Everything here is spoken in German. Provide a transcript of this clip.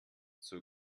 zur